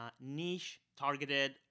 niche-targeted